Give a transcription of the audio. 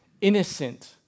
innocent